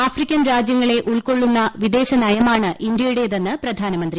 African രാജ്യങ്ങളെ ഉൾക്കൊള്ളുന്ന വിദേശനയമാണ് ഇന്ത്യയുടേതെന്ന് പ്രധാനമന്ത്രി